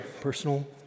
personal